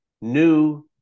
new